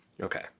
Okay